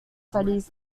studies